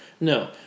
No